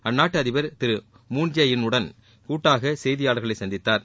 அந்நாட்டு அதிபர் திரு மூன் ஜே இன் உடன் கூட்டாக செய்தியாளர்களை சந்தித்தார்